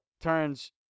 turns